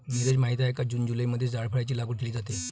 नीरज माहित आहे का जून जुलैमध्ये जायफळाची लागवड केली जाते